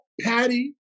Patty